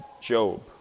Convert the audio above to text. Job